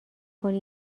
کنی